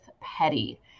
Petty